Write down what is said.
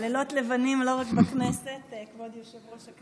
לילות לבנים לא רק בכנסת, למרות